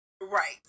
Right